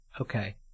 Okay